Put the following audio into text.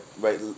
right